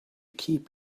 keep